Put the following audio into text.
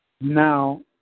Now